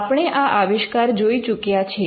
આપણે આ આવિષ્કાર જોઈ ચૂક્યા છીએ